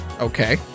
Okay